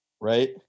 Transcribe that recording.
right